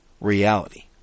reality